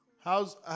How's